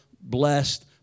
blessed